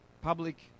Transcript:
public